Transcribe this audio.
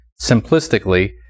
simplistically